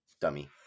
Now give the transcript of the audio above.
Dummy